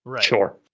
Sure